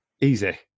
Easy